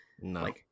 No